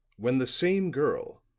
when the same girl,